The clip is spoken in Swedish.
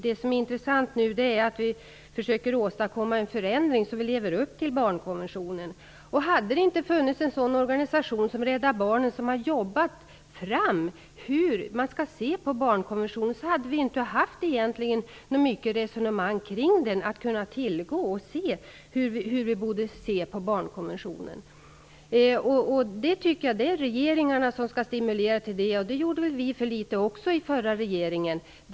Det som nu är intressant är att vi försöker åstadkomma en förändring, så att vi lever upp till barnkonventionen. Om det inte hade funnits en sådan organisation som Rädda barnen, som har arbetat fram hur man skall se på barnkonventionen, hade det inte förts särskilt många resonemang att tillgå när det gäller hur man borde se på barnkonventionen. Det är regeringarna som skall stimulera till detta. Det gjordes säkert för litet av den förra regeringen också.